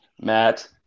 Matt